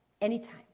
Anytime